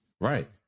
Right